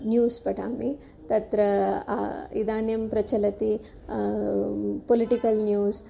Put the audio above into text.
news पठामि तत्र इदानीं प्रचलति पोलिटिकल् न्यूस्